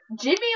Jimmy